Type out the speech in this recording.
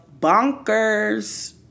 bonkers